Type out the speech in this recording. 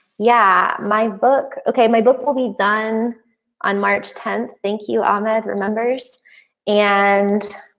yeah my book. okay. my book will be done on march tenth. thank you. ahmed remembers and